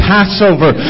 Passover